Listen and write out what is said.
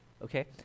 okay